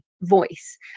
voice